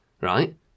right